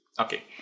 okay